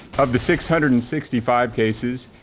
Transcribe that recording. of the six hundred and sixty five cases,